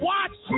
Watch